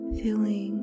feeling